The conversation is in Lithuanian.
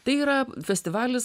tai yra festivalis